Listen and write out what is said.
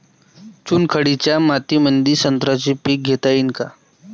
चुनखडीच्या मातीमंदी संत्र्याचे पीक घेता येईन का?